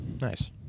Nice